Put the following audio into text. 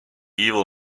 evil